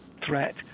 threat